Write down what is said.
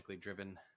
driven